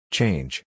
Change